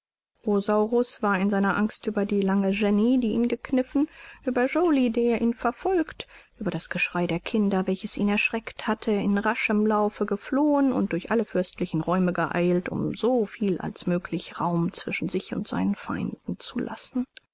war in seiner angst über die lange jenny die ihn gekniffen über joly der ihn verfolgt über das geschrei der kinder welches ihn erschreckt hatte in raschem laufe geflohen und durch alle fürstlichen zimmer geeilt um so viel als möglich raum zwischen sich und seinen feinden zu lassen